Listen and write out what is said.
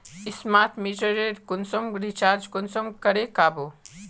Smart मीटरेर कुंसम recharge कुंसम करे का बो?